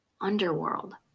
underworld